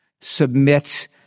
submit